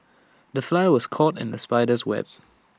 the fly was caught in the spider's web